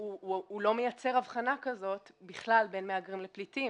הוא לא מייצר הבחנה כזאת בכלל בין מהגרים לפליטים.